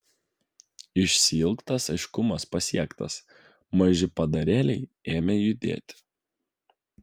išsiilgtas aiškumas pasiektas maži padarėliai ėmė judėti